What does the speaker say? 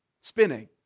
spinning